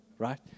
right